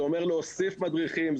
זה אומר להוסיף מדריכים,